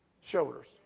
shoulders